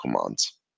commands